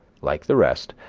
like the rest,